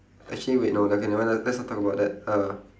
actually wait no okay never mind let let's not talk about that uh